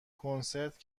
کنسرت